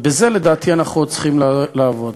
על זה, לדעתי, אנחנו צריכים לעבוד.